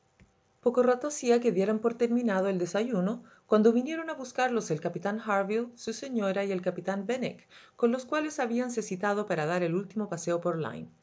poco rato hacía que dieran por terminado el desayuno cuando vinieron a buscarlos el capitán harville su señora y el capitán benwick con los cuales habíanse citado para dar el último paseo por lyme